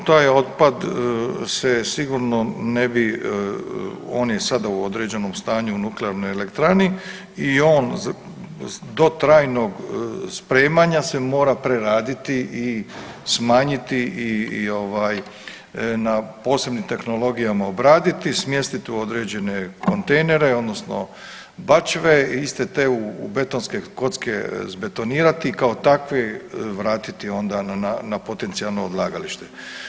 Svakako taj otpad se sigurno ne bi, on je sada u određenom stanju u nuklearnoj elektrani i on do trajnog spremanja se mora preraditi i smanjiti i na posebnim tehnologijama obraditi, smjestiti u određene kontejnere odnosno bačve iste te u betonske kocke zbetonirati i kao takve vratiti onda na potencijalno odlagalište.